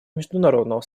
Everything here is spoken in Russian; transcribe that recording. международного